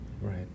right